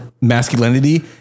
masculinity